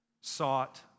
sought